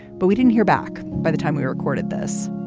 but we didn't hear back. by the time we recorded this.